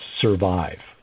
survive